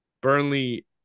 Burnley